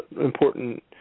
important